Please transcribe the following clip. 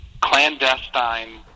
clandestine